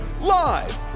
live